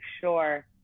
sure